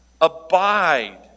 Abide